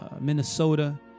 Minnesota